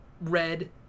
red